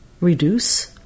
reduce